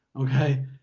okay